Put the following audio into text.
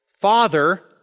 father